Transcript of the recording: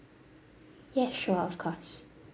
yes sure of course